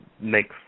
makes